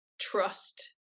trust